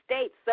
states